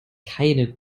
keine